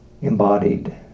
embodied